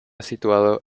situado